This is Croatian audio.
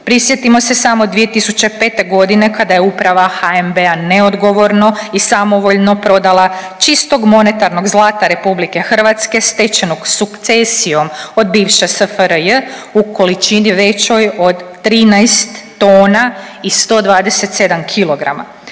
Prisjetimo se samo 2005.g. kada je uprava HNB-a neodgovorno i samovoljno prodala čistog monetarnog zlata RH stečenog sukcesijom od bivše SFRJ u količini većoj od 13 tona i 127 kg.